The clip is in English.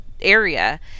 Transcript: area